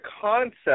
concept